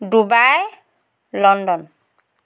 Dubai London